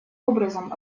образом